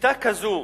שיטה כזאת,